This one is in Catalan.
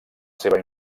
seva